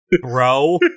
bro